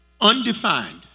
undefined